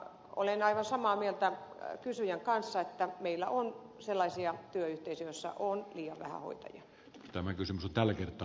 olen aivan samaa mieltä kysyjän kanssa että meillä on sellaisia työyhteisöjä joissa on liian vähän hoitajia